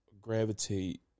gravitate